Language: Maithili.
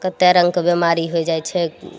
कतेक रङ्गके बेमारी होइ जाइ छै